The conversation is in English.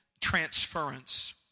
transference